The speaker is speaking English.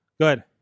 good